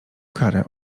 karę